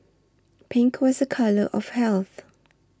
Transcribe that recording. pink was a colour of health